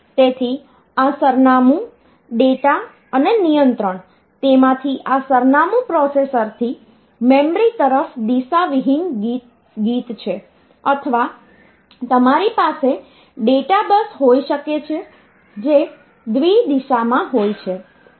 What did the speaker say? તેથી આ સરનામું ડેટા અને નિયંત્રણ તેમાંથી આ સરનામું પ્રોસેસરથી મેમરી તરફ દિશાવિહીન ગીત છે અથવા તમારી પાસે ડેટા બસ હોઈ શકે છે જે દ્વિ દિશામાં હોય છે